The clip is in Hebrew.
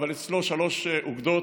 אבל אצלו שלוש אוגדות,